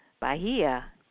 Bahia